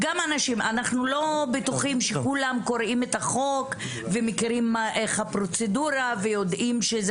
אנחנו לא בטוחים שכולם קוראים את החוק ומכירים את הפרוצדורה ויודעים.